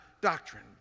doctrine